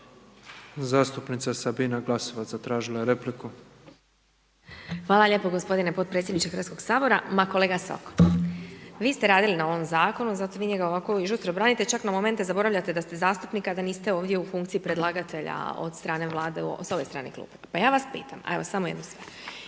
Zastupnica Sabina Glasovac zatražila je repliku. **Glasovac, Sabina (SDP)** Hvala lijepo gospodine potpredsjedniče Hrvatskog sabora. Ma kolega Sokol, vi ste radili na ovom zakonu, zato vi njega ovako i žustro branite, čak na momente zaboravljate da ste zastupnik a da niste ovdje u funkciji predlagatelja od strane Vlade s ove strane klupe. Pa ja vas pitam, evo samo jednu stvar.